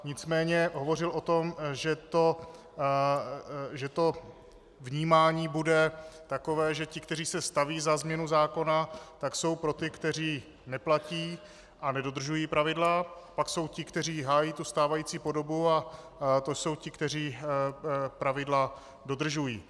Nicméně hovořil o tom, že to vnímání bude takové, že ti, kteří se staví za změnu zákona, tak jsou pro ty, kteří neplatí a nedodržují pravidla, pak jsou ti, kteří hájí stávající podobu, a to jsou ti, kteří pravidla dodržují.